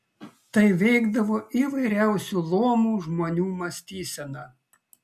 tai veikdavo įvairiausių luomų žmonių mąstyseną